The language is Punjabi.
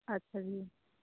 ਅੱਛਾ ਜੀ